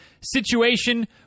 situation